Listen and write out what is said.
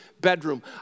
bedroom